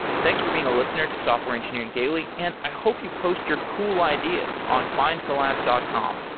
thanks for being a listener to software engineering daily and i hope you post your cool ideas on findcollabs dot com